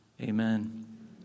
amen